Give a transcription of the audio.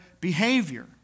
behavior